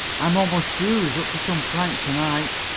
i am almost sure was up to some prank tonight,